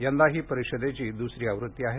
यंदाची ही या परिषदेची द्सरी आवृत्ती आहे